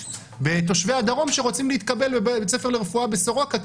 בתושבי הדרום שרוצים להתקבל לבית ספר לרפואה בסורוקה.